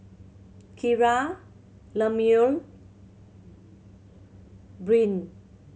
Kira Lemuel Brynn